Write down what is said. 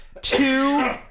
two